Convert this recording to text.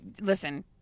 Listen